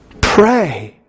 Pray